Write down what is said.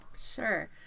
Sure